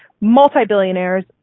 multi-billionaires